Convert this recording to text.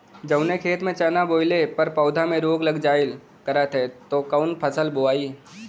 जवने खेत में चना बोअले पर पौधा में रोग लग जाईल करत ह त कवन फसल बोआई?